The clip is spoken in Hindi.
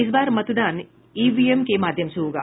इस बार मतदान ईवीएम के माध्यम से होगा